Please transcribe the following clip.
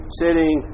sitting